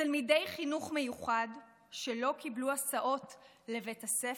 תלמידי חינוך מיוחד שלא קיבלו הסעות לבית הספר,